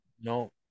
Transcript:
No